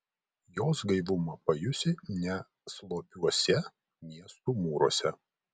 jos gaivumą pajusi ne slopiuose miestų mūruose